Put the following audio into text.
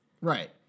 Right